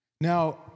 Now